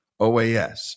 OAS